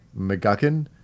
McGuckin